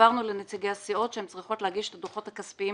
הבהרנו לנציגי הסיעות שהן צריכות להגיש את הדוחות הכספיים